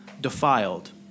defiled